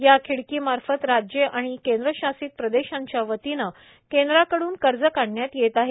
या खिडकी मार्फत राज्ये आणि केंद्रशासित प्रदेशांच्या वतीनं केंद्राकडून कर्ज काढण्यात येत आहे